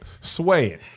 swaying